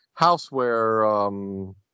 houseware